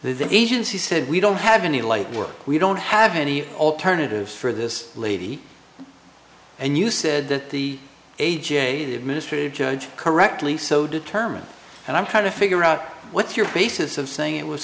the agency said we don't have any light work we don't have any alternatives for this lady and you said that the a j the administrative judge correctly so determined and i'm trying to figure out what's your basis of saying it was